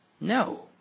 No